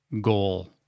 goal